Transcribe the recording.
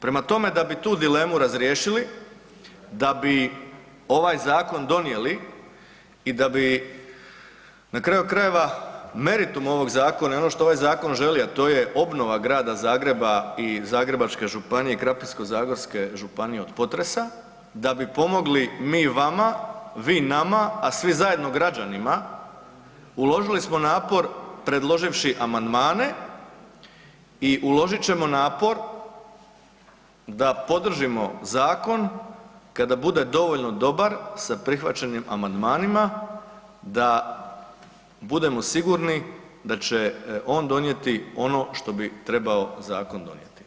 Prema tome, da bi tu dilemu razriješili, da bi ovaj zakon donijeli i da bi na kraju krajeva meritum ovog zakona i ono što ovaj zakon želi, a to je obnova Grada Zagreba i Zagrebačke županije i Krapinsko-zagorske županije od potresa, da bi pomogli mi vama, vi nama, a svi zajedno građanima uložili smo napor predloživši amandmane i uložit ćemo napor da podržimo zakon kada bude dovoljno dobar sa prihvaćenim amandmanima da budemo sigurni da će on donijeti ono što bi trebao zakon donijeti.